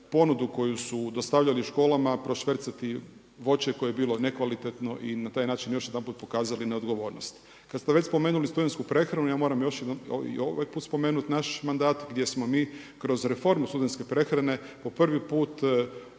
ponudu koju su dostavljali školama prošvercati voće koje je bilo nekvalitetno i na taj način još jedanput pokazali neodgovornost. Kad ste već spomenuli studentsku prehranu, ja moram još jednom i ovaj put spomenut naš mandat gdje smo mi kroz reformu studentske prehrane po prvi put u